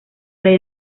rey